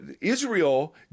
Israel